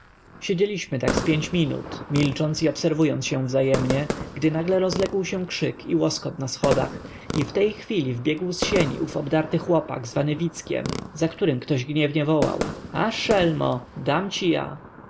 siedzieliśmy tak z pięć minut milcząc i obserwując się wzajemnie gdy nagle rozległ się krzyk i łoskot na schodach i w tej chwili wbiegł z sieni ów obdarty chłopak zwany wickiem za którym ktoś gniewnie wołał a szelmo